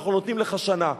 אנחנו נותנים לך שנה.